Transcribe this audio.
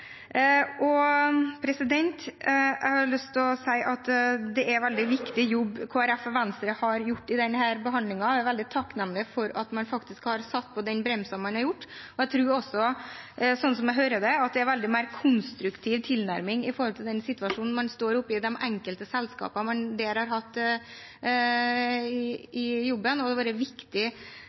Jeg har lyst til å si at det er en veldig viktig jobb Kristelig Folkeparti og Venstre har gjort i denne behandlingen, og jeg er veldig takknemlig for at man har satt på den bremsen man har gjort. Jeg tror også – slik jeg hører det – at det er en mye mer konstruktiv tilnærming til den situasjonen man står oppe i, i de enkelte selskapene man der har hatt, i jobben, og det har vært et viktig